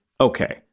Okay